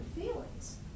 feelings